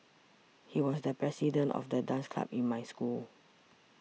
he was the president of the dance club in my school